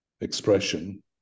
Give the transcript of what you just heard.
expression